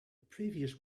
previous